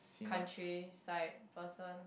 country side person